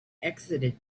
exited